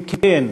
אם כן,